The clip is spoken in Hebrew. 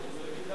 מאה אחוז.